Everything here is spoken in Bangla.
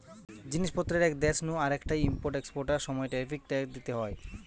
জিনিস পত্রের এক দেশ নু আরেকটায় ইম্পোর্ট এক্সপোর্টার সময় ট্যারিফ ট্যাক্স দিইতে হয়